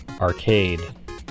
Arcade